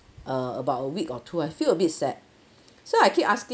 uh about a week or two I feel a bit sad so I keep asking